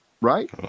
right